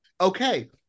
Okay